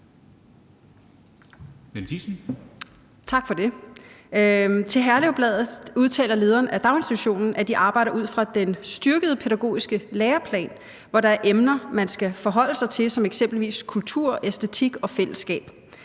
Mette Thiesen (NB): Tak for det. Til Herlev Bladet udtaler lederen af daginstitutionen, at de arbejder ud fra den styrkede pædagogiske læreplan, hvor der er emner, man skal forholde sig til som eksempelvis kultur, æstetik og fællesskab.